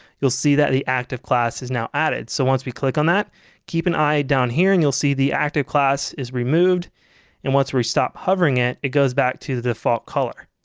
you'll see that the active class is now added. so once we click on that keep an eye down here and you'll see the active class is removed and once we stop hovering it it goes back to the default color.